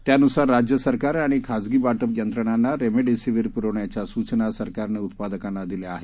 त्यानुसार राज्यसरकारं आणि खाजगी वाटप यंत्रणांना रेमडेसीवीर पुरवण्याच्या सूचना सरकारने उत्पादकांना दिल्या आहेत